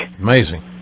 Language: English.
Amazing